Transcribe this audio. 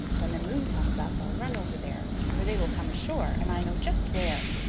when the moon comes up, i will run over there, for they will come ashore and i know just where.